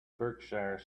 berkshire